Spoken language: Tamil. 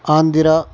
ஆந்திரா